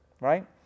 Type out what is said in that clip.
Right